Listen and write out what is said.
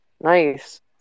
Nice